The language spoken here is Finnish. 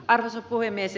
arvoisa puhemies